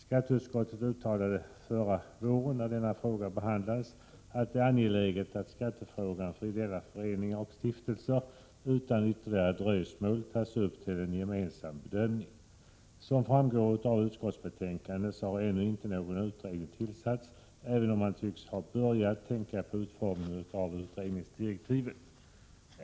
När denna fråga behandlades förra våren uttalade skatteutskottet att det var angeläget att skattefrågan när det gäller ideella föreningar och stiftelser utan ytterligare dröjsmål togs upp till en gemensam bedömning. Som framgår av utskottsbetänkandet har ännu inte någon utredning tillsatts, även om man tycks ha börjat tänka på utformningen av utredningsdirektiven.